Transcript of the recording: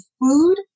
food